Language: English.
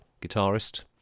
guitarist